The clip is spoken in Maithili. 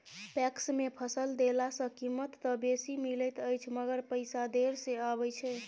पैक्स मे फसल देला सॅ कीमत त बेसी मिलैत अछि मगर पैसा देर से आबय छै